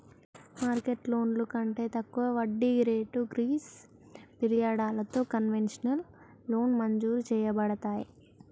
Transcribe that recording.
market లోన్లు కంటే తక్కువ వడ్డీ రేట్లు గ్రీస్ పిరియడలతో కన్వెషనల్ లోన్ మంజురు చేయబడతాయి